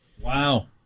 Wow